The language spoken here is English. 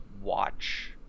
Watch